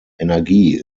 energie